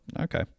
okay